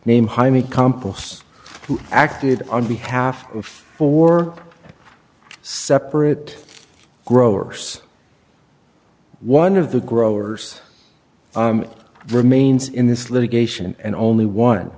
name jaime compas who acted on behalf of four separate growers one of the growers remains in this litigation and only one